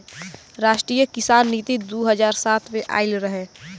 राष्ट्रीय किसान नीति दू हज़ार सात में आइल रहे